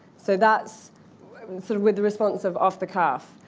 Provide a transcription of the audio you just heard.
so that's i mean sort of with the response of off the cuff.